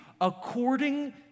according